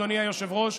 אדוני היושב-ראש,